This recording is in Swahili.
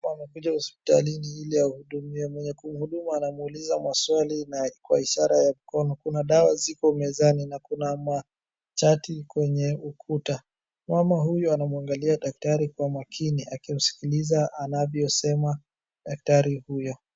Mama amekuja hospitalini ili ahudumiwe. Mwenye kumhudumu anamuuliza maswali na kwa ishara ya mkono. Kuna dawa ziko mezani na kuna machati kwenye ukuta. Mama huyu anamwangalia daktari kwa umakini akimskiliza anavyosema daktari huyo.